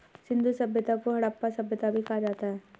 सिंधु सभ्यता को हड़प्पा सभ्यता भी कहा जाता है